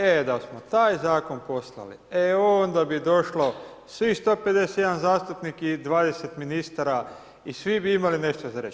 E da smo taj zakon poslali, e onda bi došlo svih 151 zastupnik i 20 ministara i svi bi imali nešto za reći.